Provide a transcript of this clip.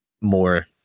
more